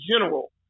general